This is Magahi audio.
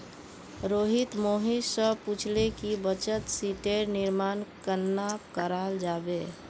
रोहित मोहित स पूछले कि बचत शीटेर निर्माण कन्ना कराल जाबे